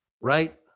right